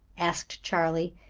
asked charley.